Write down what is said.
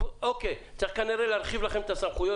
צריך כנראה להרחיב לכם את הסמכויות